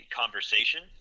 conversation